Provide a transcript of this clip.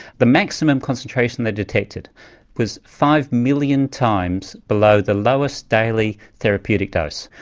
the maximum concentration they detected was five million times below the lowest daily therapeutic dose.